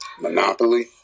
monopoly